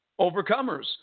overcomers